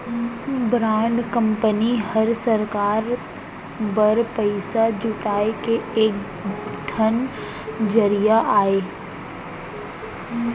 bond company हर सरकार बर पइसा जुटाए के एक ठन जरिया अय